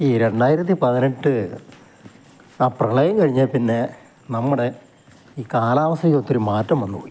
ഈ രണ്ടായിരത്തി പതിനെട്ട് ആ പ്രളയം കഴിഞ്ഞതിൽ പിന്നെ നമ്മുടെ ഈ കാലാവസ്ഥയിലൊത്തിരി മാറ്റം വന്നുപോയി